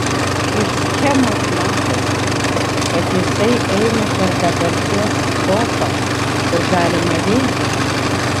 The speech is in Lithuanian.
iš schemos matosi kad jisai eina per dabarties topą kur galima veikti